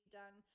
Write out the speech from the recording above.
done